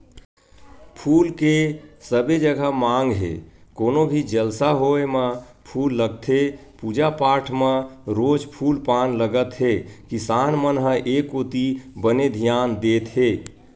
फूल के सबे जघा मांग हे कोनो भी जलसा होय म फूल लगथे पूजा पाठ म रोज फूल पान लगत हे किसान मन ह ए कोती बने धियान देत हे